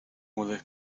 with